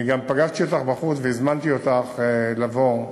אני גם פגשתי אותך בחוץ והזמנתי אותך לבוא,